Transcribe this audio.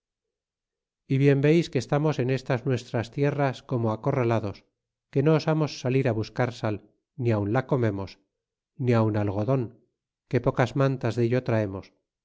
y bien veis que estamos en estas nuestras tierras como acorralados que no osamos salir á buscar sal ni aun la comemos ni aun algodon que pocas mantas dello traemos